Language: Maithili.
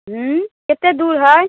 उँ कते दूर हय